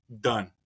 done